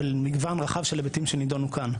של מגוון רחב של היבטים שנידונו כאן,